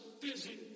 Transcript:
busy